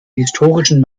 historischen